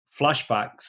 flashbacks